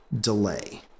delay